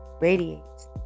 radiates